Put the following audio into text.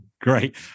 Great